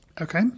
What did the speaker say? Okay